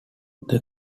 this